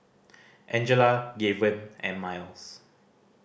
Angela Gaven and Myles